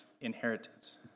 inheritance